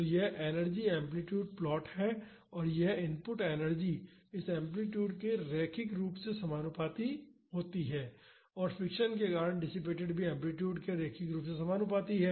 तो यह energy amplitude plot है और यह इनपुट एनर्जी इस एम्पलीटूड के रैखिक रूप से समानुपाती है और फ्रिक्शन के कारण डिसिपेटड भी एम्पलीटूड के रैखिक रूप से समानुपाती है